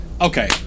Okay